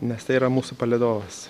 nes tai yra mūsų palydovas